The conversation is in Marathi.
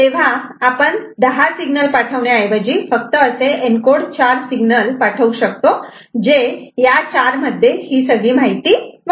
तेव्हा आपण 10 सिग्नल पाठवण्या ऐवजी फक्त असे एन्कोडेड चार सिग्नल पाठवू शकतो जे या चार मध्ये माहिती वाहून नेतात